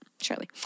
surely